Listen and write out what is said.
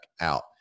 out